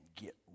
get